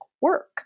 work